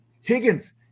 Higgins